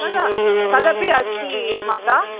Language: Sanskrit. तदा तदपि अस्ति मातः